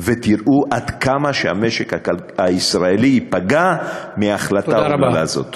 ותראו עד כמה המשק הישראלי ייפגע מההחלטה האומללה הזאת.